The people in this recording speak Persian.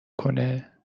کنه